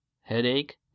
headache